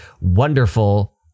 wonderful